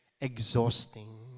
exhausting